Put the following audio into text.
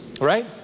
right